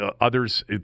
Others